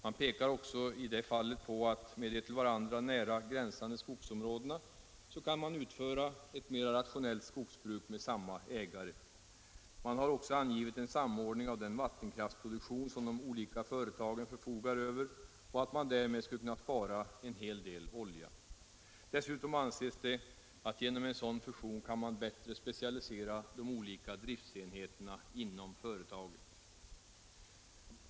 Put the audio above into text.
Man pekar också i det fallet på att med de till varandra nära gränsande skogsområdena kan man utföra ett mera rationellt skogsbruk med samma ägare. Man har också som skäl angivit en samordning av den vattenkraftsproduktion som de olika företagen förfogar över och att man därmed skulle kunna spara en hel del olja. Dessutom anses det att genom en sådan fusion kan man bättre specialisera de olika driftsenheterna inom företaget.